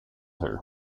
her